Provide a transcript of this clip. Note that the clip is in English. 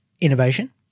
innovation